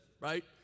right